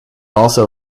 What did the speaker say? also